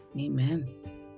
Amen